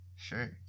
Sure